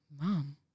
mom